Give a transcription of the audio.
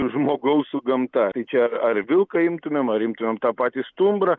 žmogaus su gamta tai čia ar vilką imtumėm ar imtumėm tą patį stumbrą